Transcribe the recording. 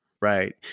right